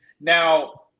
now